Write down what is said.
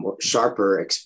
sharper